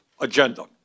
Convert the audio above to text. agenda